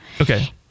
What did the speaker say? okay